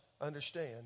understand